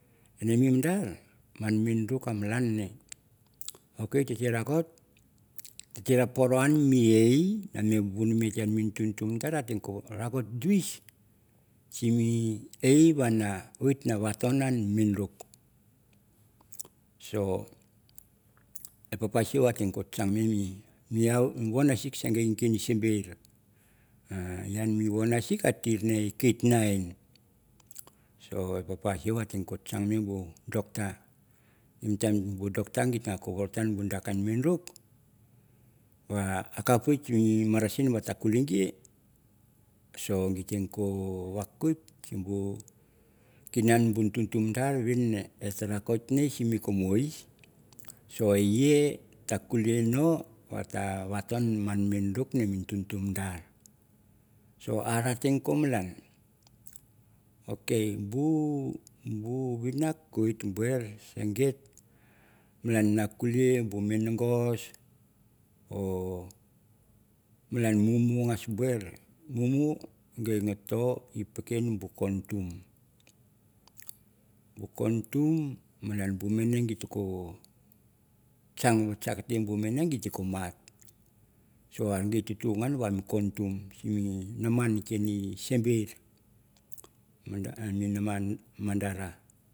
Na mi madar man man minaruk a malan nge ok te raka na poro ngen my ie na vuni tu mabar ta rokot duice simu mi ie va vit na voton mi minawaruk so e dada siu keni at tem no chang mi vanasik se git simder tank mi vanasik a tir ne e kitna en. so e dada siu ko chang ngan bu doctar sim tim dokta gita te bo voratan bu pakain miniruk a kap wit buk marasin na kulei gi, so gi te bur so gi vakwile sim bu kinan bu tutumdar vin nge et rakot sim kumuls so e eh tu kulei ngo vate vaton mi minibuk mi tutumadar, so a te ko malan, ok bu vinawik buia sen git walan na kulei bu minagas malan mumu nuwas buir mumu gi tore pukun kontum bukotum malan bu mawe git tem no kang vatchgkte bu mane gettem nor mar soare git tu kontum. sim mama koni simber mama koni simber madar.